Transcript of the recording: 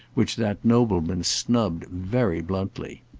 which that nobleman snubbed very bluntly.